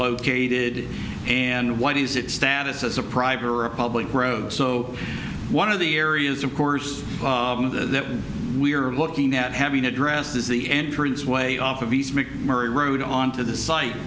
located and what is its status as a private or a public road so one of the areas of course that we are looking at having addressed is the entrance way off of the murray road on to the site